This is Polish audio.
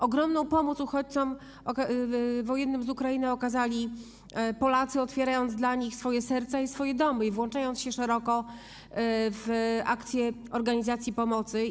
Ogromną pomoc uchodźcom wojennym z Ukrainy okazali Polacy, otwierając dla nich swoje serca i domy, włączając się szeroko w akcję organizacji pomocy.